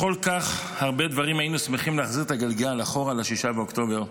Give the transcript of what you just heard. בכל כך הרבה דברים היינו שמחים להחזיר את הגלגל אחורה ל-6 באוקטובר,